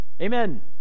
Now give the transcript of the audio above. amen